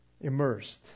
Immersed